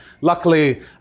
Luckily